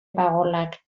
pagolak